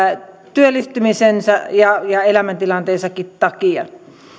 työllistymisensä ja ja elämäntilanteensakin takia